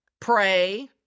Pray